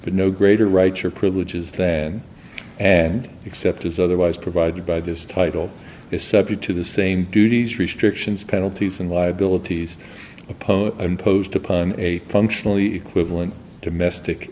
as no greater rights or privileges than and except as otherwise provided by this title is subject to the same duties restrictions penalties and liabilities oppose imposed upon a functionally equivalent to mystic